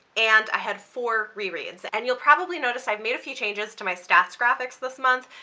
and i had four rereads. and you'll probably notice i've made a few changes to my stats graphics this month.